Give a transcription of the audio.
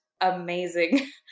amazing